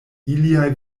iliaj